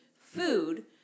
food